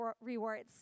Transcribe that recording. rewards